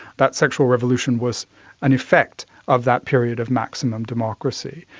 that sexual revolution was an effect of that period of maximum democracy.